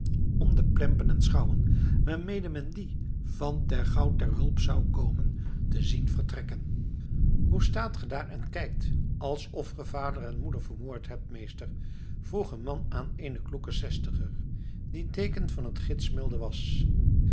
om de plempen en schouwen waarmede men die van ter gouw ter hulp zou komen te zien vertrekken hoe staat ge daar en kijkt alsof ge vader en moeder vermoord hebt meester vroeg een man aan eenen kloeken zestiger die deken van het smidsgilde was